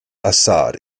azad